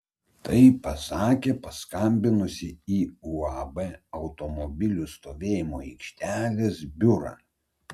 tai pasakė paskambinusi į uab automobilių stovėjimo aikštelės biurą